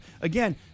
Again